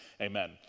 Amen